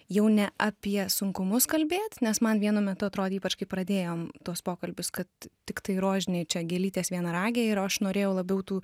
jau ne apie sunkumus kalbėt nes man vienu metu atrodė ypač kai pradėjom tuos pokalbius kad tiktai rožiniai čia gėlytės vienaragiai ir aš norėjau labiau tų